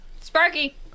Sparky